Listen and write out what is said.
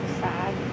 Sad